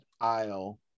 aisle